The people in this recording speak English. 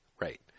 right